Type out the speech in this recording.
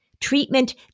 Treatment